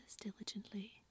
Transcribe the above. diligently